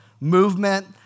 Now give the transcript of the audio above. movement